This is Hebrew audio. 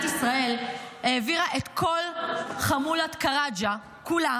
ישראל העבירה את כל חמולת קראג'ה כולה